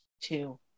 Two